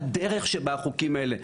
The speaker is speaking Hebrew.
הדרך שבה החוקים האלה,